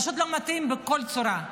פשוט לא מתאים בכל צורה.